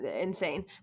insane